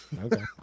okay